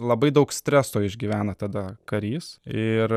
labai daug streso išgyvena tada karys ir